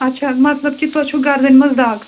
اَچھا مطلب کہِ تۄہہِ چھُو گردَنہِ منٛز دَگ